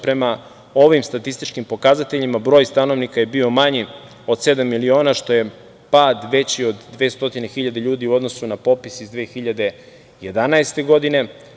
Prema ovim statističkim pokazateljima, broj stanovnika je bio manji od sedam miliona, što je pad veći od 200 hiljada ljudi u odnosu na popis iz 2011. godine.